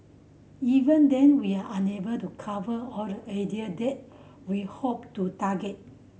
even then we are unable to cover all the area that we hope to target